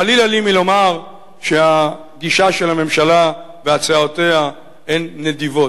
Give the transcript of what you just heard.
חלילה לי מלומר שהגישה של הממשלה והצעותיה הן נדיבות.